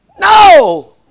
No